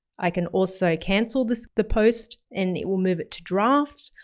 i can also cancel the so the post and it will move it to draft,